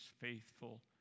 faithful